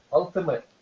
ultimate